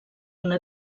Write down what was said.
una